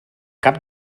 cap